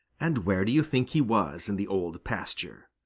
and where do you think he was, in the old pasture?